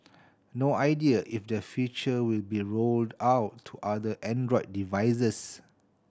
no idea if the feature will be rolled out to other Android devices